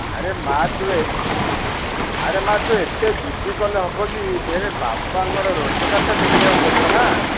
ଆରେ ମାଆ ତୁ ଏ ଆରେ ମାଆ ତୁ ଏତେ ଜିଦ୍ଦି କଲେ ହେବ କି ଫେରେ ବାପାଙ୍କର ରୋଜଗାରଟା ଦେଖିବାକୁ ପଡ଼ିବ ନା